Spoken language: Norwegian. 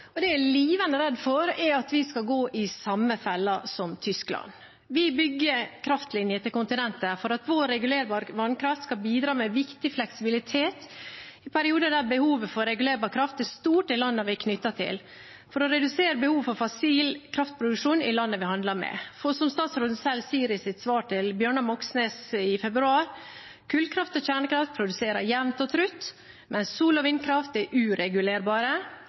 og gir bare 2 pst. av avfallet som radiumaktivitet, så jeg følger ikke helt konklusjonen fra statsråden. Det jeg er livende redd for, er at vi skal gå i samme felle som Tyskland. Vi bygger kraftlinjer til kontinentet for at vår regulerbare vannkraft skal bidra med viktig fleksibilitet i perioder der behovet for regulerbar kraft er stort i landene vi er knyttet til, for å redusere behovet for fossil kraftproduksjon i land vi handler med. Som statsråden selv sier i sitt svar til Bjørnar Moxnes i februar, produserer kullkraft og kjernekraft jevnt og